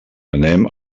anem